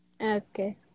okay